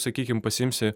sakykim pasiimsi